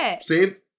save